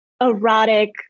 erotic